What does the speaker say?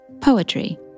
poetry